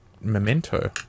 memento